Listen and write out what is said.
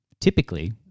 typically